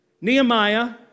Nehemiah